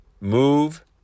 move